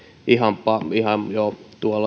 ihan jo